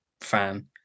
fan